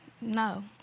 No